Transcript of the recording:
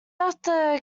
after